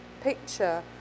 picture